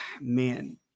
man